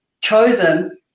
chosen